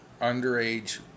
underage